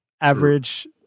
Average